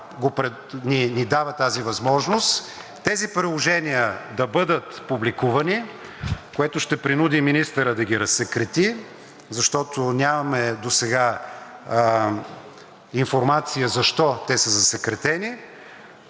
ни дава тази възможност, тези приложения да бъдат публикувани, което ще принуди министъра да ги разсекрети, защото нямаме досега информация защо те са засекретени.